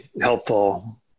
helpful